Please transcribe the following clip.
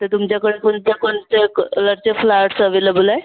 तर तुमच्याकडे कोणत्या कोणत्या कलरचे फ्लॉवर्स अव्हेलेबल आहे